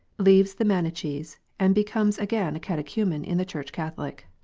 leaves the manichees, and becomes again a catechumen in the church catholic.